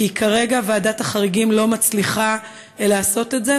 כי כרגע ועדת החריגים לא מצליחה לעשות את זה.